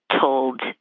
told